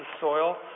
soil